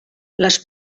les